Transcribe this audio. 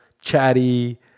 chatty